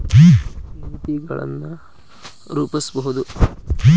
ನೇತಿಗಳನ್ ರೂಪಸ್ಬಹುದು